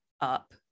up